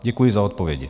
Děkuji za odpovědi.